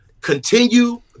continue